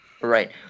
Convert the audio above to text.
Right